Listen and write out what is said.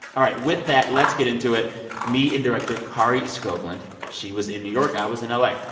all right, with that, let's get into it me and director kari skogland. she was in new york. i was in like